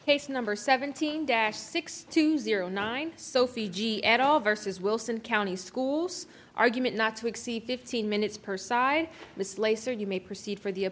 case number seventeen dash six two zero nine so fiji at all versus wilson county schools argument not to exceed fifteen minutes per side mislay so you may proceed for the